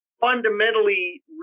fundamentally